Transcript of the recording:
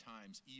times